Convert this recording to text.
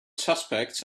suspects